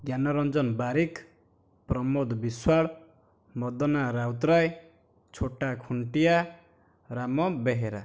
Gyanaranjan Barik Pramod Biswal Madana Routray Chhota Khuntia Ram Behera